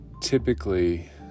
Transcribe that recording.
Typically